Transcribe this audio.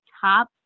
top